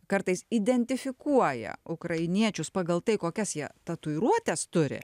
kartais identifikuoja ukrainiečius pagal tai kokias jie tatuiruotes turi